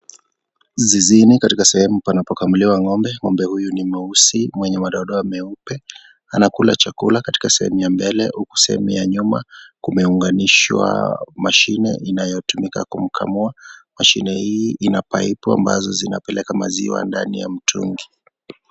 Zizini katika sehemu panapokamuliwa ng'ombe.Ng'ombe huyu ni mweusi mwenye madodoa meupe. Anakula chakula katika sehemu ya mbele huku sehemu ya nyuma kumeunganishwa mashine inayotumika kumkamua. Mashine hii ina pipu ambazo zinapeleka maziwa ndani ya mtungi.